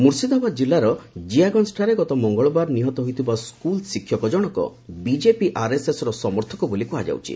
ମୁର୍ସିଦାବାଦ ଜିଲ୍ଲାର ଜିଆଗଞ୍ଜଠାରେ ଗତ ମଙ୍ଗଳବାର ଦିନ ନିହତ ହୋଇଥିବା ସ୍କୁଲ୍ ଶିକ୍ଷକ ଜଣଙ୍କ ବିଜେପି ଆର୍ଏସ୍ଏସ୍ର ସମର୍ଥକ ବୋଲି କୁହାଯାଉଛି